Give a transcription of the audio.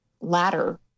ladder